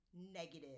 negative